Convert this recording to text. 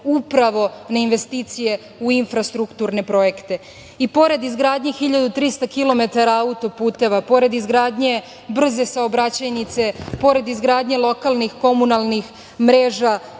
upravo na investicije u infrastrukturne projekte. Pored izgradnje 1.300 kilometara autoputeva, pored izgradnje brze saobraćajnice, pored izgradnje lokalnih, komunalnih mreža,